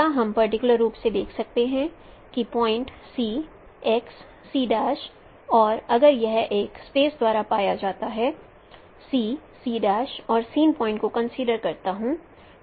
क्या हम पर्टिकुलर रूप से देख सकते हैं कि पॉइंट और अगर यह एक स्पेस द्वारा पाया जाता है और सीन पॉइंट को कंसीडर करता हूं